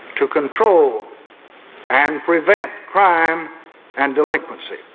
to control and prevent crime and delinquency.